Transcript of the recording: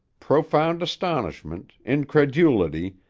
profound astonishment, incredulity,